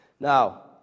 Now